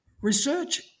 Research